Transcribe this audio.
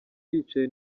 yicaye